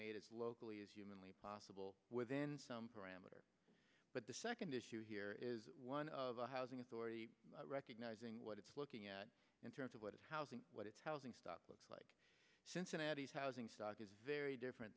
made locally as humanly possible within some parameter but the second issue here is one of the housing authority recognising what it's looking at in terms of what is housing what is housing stock looks like cincinnati housing stock is very different